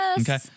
Okay